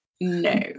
No